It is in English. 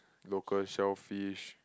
local shell fish